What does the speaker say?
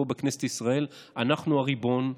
פה בכנסת ישראל אנחנו הריבון,